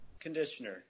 conditioner